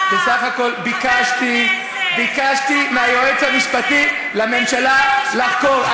בסך הכול ביקשתי מהיועץ המשפטי לממשל לחקור.